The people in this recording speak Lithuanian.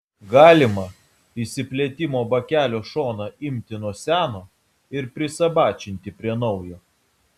galima išsiplėtimo bakelio šoną imti nuo seno ir prisabačinti prie naujo